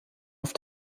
auf